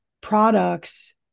products